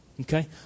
Okay